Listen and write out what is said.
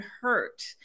hurt